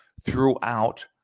throughout